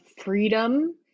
freedom